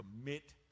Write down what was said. commit